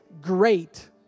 great